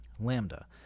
Lambda